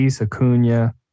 Acuna